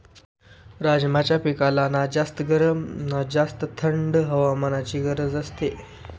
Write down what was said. राजमाच्या पिकाला ना जास्त गरम ना जास्त थंड हवामानाची गरज असते